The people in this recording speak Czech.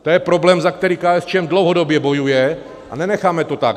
To je problém, za který KSČM dlouhodobě bojuje, a nenecháme to tak.